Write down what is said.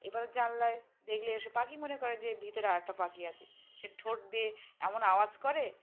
এ বারে জানলায় দেখলে এসে পাখি মনে করে যে ভিতরে আরেকটা পাখি আছে সে ঠোঁট দিয়ে এমন আওয়াজ করে